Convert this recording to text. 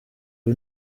ubu